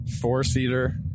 Four-seater